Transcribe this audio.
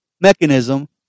mechanism